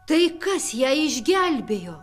tai kas ją išgelbėjo